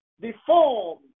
deformed